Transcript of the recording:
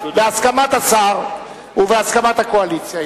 בהסכמת השר ובהסכמת הקואליציה,